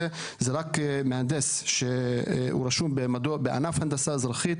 זה רק מהנדס שרשום בענף הנדסה אזרחית